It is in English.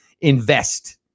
invest